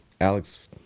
Alex